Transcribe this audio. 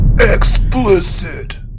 Explicit